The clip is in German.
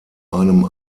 einem